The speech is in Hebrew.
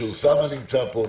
כאשר חבר הכנסת אוסאמה נמצא פה,